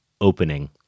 opening